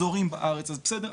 כ"ז באדר א' תשפ"ב.